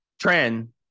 trend